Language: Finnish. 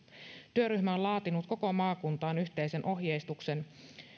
työryhmä on laatinut koko maakuntaan yhteisen ohjeistuksen